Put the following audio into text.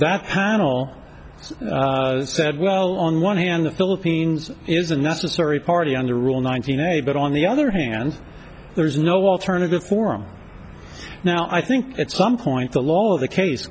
that panel said well on one hand the philippines is a necessary party under rule nineteen a but on the other hand there is no alternative form now i think at some point the law of the case